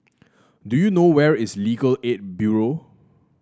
do you know where is Legal Aid Bureau